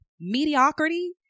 Mediocrity